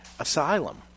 Asylum